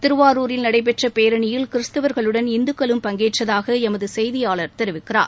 திருவாரூரில் நடைபெற்ற பேரணியில் கிறிஸ்தவர்களுடன் இந்துக்களும் பங்கேற்றதாக எமது செய்தியாளர் தெரிவிக்கிறார்